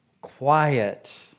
quiet